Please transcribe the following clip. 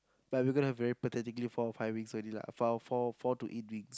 but we're gonna have very pathetically four or five wings only lah four four four to eight wings